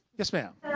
yes, ma'am.